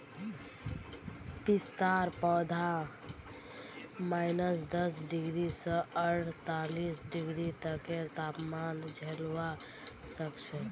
पिस्तार पौधा माइनस दस डिग्री स अड़तालीस डिग्री तकेर तापमान झेलवा सख छ